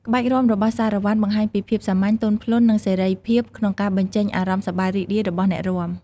ក្បាច់រាំរបស់សារ៉ាវ៉ាន់បង្ហាញពីភាពសាមញ្ញ ទន់ភ្លន់ និងសេរីភាពក្នុងការបញ្ចេញអារម្មណ៍សប្បាយរីករាយរបស់អ្នករាំ។